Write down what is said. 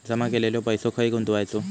जमा केलेलो पैसो खय गुंतवायचो?